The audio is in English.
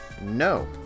No